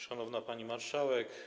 Szanowna Pani Marszałek!